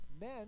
men